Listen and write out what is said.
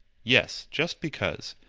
yes, just because.